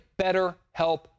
BetterHelp